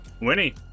Winnie